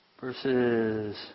Verses